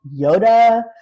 Yoda